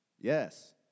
Yes